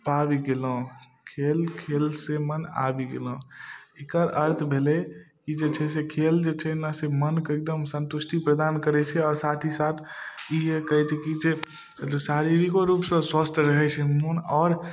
पाबि गेलहुँ खेल खेलसँ मोन आबि गेलहुँ एकर अर्थ भेलै कि जे छै से खेल जे छै ने से मोनके एकदम सन्तुष्टि प्रदान करै छै आओर साथ ही साथ ई कहै छै कि जे शरीरिको रूपसँ स्वस्थ रहै छै मोन आओर